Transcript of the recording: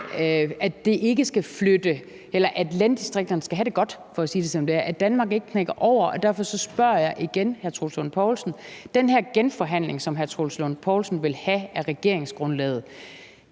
Lund Poulsen på sinde, nemlig at landdistrikterne skal have det godt for at sige det, som det er, at Danmark ikke knækker over, og derfor spørger jeg igen hr. Troels Lund Poulsen: Skal den her genforhandling, som hr. Troels Lund Poulsen vil have af regeringsgrundlaget,